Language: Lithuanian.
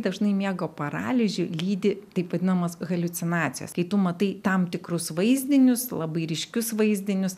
dažnai miego paralyžių lydi taip vadinamos haliucinacijos kai tu matai tam tikrus vaizdinius labai ryškius vaizdinius